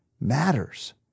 matters